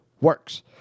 works